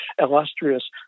illustrious